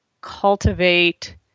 cultivate